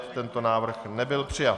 Tento návrh nebyl přijat.